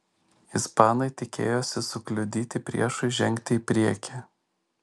ispanai tikėjosi sukliudyti priešui žengti į priekį